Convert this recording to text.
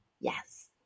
Yes